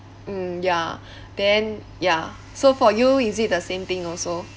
mm ya then ya so for you is it the same thing also